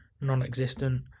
Non-existent